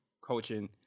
coaching